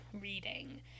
reading